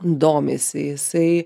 domisi jisai